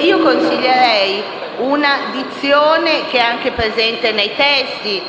io consiglierei un'espressione che è anche presente nei testi,